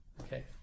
Okay